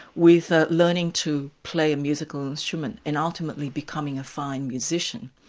with ah learning to play a musical instrument, and ultimately becoming a fine musician.